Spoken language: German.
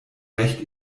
recht